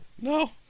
no